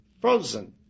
Frozen